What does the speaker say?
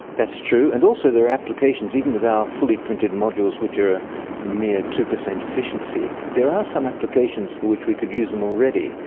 that's true, and also there are applications, even with our fully printed modules which are a mere two percent efficiency, there are some applications for which we could use them already,